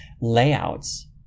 layouts